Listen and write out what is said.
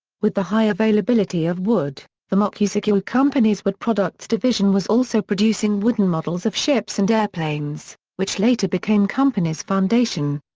with the high availability of wood, the mokuzaigyou ah company's wood products division was also producing wooden models of ships and airplanes, which later became company's foundation.